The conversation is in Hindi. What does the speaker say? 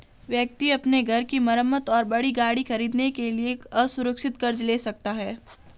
व्यक्ति अपने घर की मरम्मत और बड़ी गाड़ी खरीदने के लिए असुरक्षित कर्ज ले सकता है